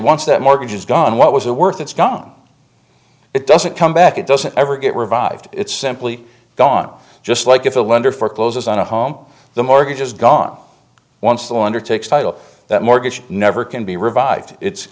once that mortgage is gone what was it worth it's gone it doesn't come back it doesn't ever get revived it's simply gone just like if a lender forecloses on a home the mortgage is gone once the law undertakes title that mortgage never can be revived it's